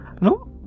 no